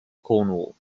cornwall